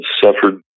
suffered